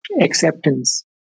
acceptance